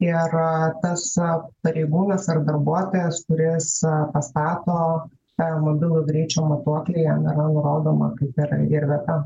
ir tas pareigūnas ar darbuotojas kuris pastato tą mobilų greičio matuoklį jam yra nurodoma kaip ir ir vieta